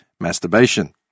Masturbation